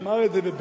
תנו לו לסיים.